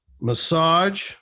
massage